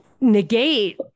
negate